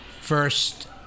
first